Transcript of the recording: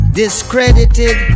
discredited